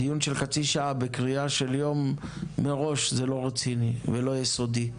דיון של חצי שעה בקריאה של יום מראש זה לא רציני ולא יסודי.